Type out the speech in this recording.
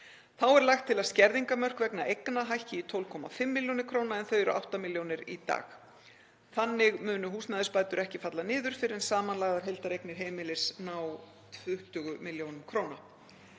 Þá er lagt til að skerðingarmörk vegna eigna hækki í 12,5 millj. kr. en þau eru átta milljónir í dag. Þannig munu húsnæðisbætur ekki falla niður fyrr en samanlagðar heildareignir heimilis ná 20 millj. kr.